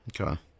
Okay